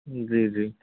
जी जी